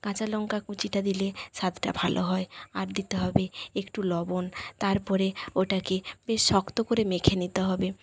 কাঁচালঙ্কা কুচিটা দিলে স্বাদটা ভালো হয় আর দিতে হবে একটু লবণ তারপরে ওটাকে বেশ শক্ত করে মেখে নিতে হবে